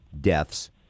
deaths